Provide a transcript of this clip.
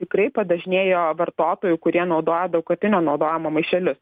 tikrai padažnėjo vartotojų kurie naudoja daugkartinio naudojimo maišelius